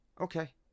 Okay